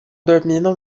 dormindo